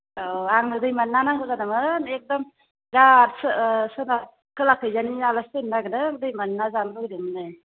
अ आंनो दैमानि ना नांगौ जादोंमोन एकदम खोलाथिंजायनि आलासि फैनो नागिरदों दैमानि ना जानो लुगैदोंमोननो